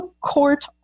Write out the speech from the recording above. Court